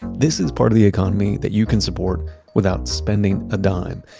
this is part of the economy that you can support without spending a dime.